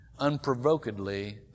unprovokedly